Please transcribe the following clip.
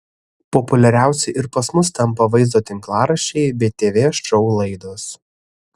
populiariausi ir pas mus tampa vaizdo tinklaraščiai bei tv šou laidos